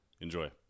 Enjoy